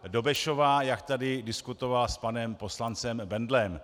Dobešová, jak tady diskutovala s panem poslancem Bendlem.